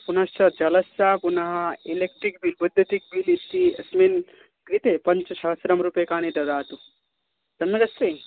पुनश्च जलस्य पुनः इलेकट्रिक् बिल् बैद्युतिकबिल् इति अस्मिन् कृते पञ्च सहस्रं रूप्यकाणि ददातु सम्यग् अस्ति